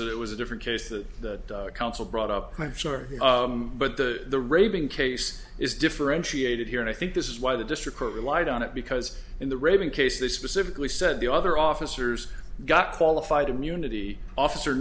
was it was a different case that the counsel brought up i'm sorry but the raving case is differentiated here and i think this is why the district court relied on it because in the reagan case they specifically said the other officers got qualified immunity officer